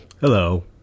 Hello